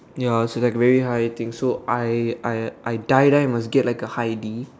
ya so like very high thing so I I I die die must get a high D